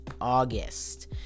August